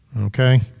okay